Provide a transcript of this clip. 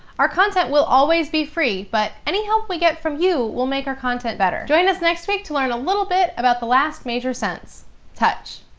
our content will always be free, but any help we get from you will make our content better. join us next week to learn a little bit about the last major sense touch.